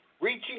reaching